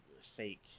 fake